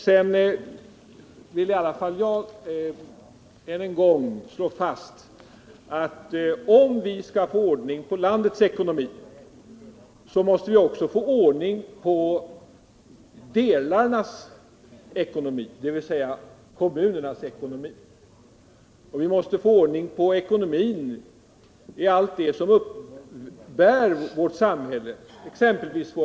Jag vill än en gång slå fast att om vi skall få ordning på landets ekonomi måste vi också få ordning på kommunernas ekonomi. Vi måste få ordning på ekonomin i allt det som uppbär vårt samhälle.